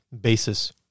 basis